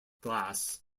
glass